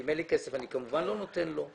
אם אין לי כסף אני כמובן לא נותן לו.